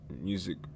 music